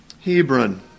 Hebron